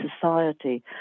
society